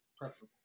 preferable